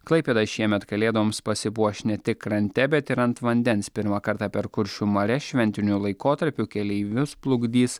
klaipėda šiemet kalėdoms pasipuoš ne tik krante bet ir ant vandens pirmą kartą per kuršių marias šventiniu laikotarpiu keleivius plukdys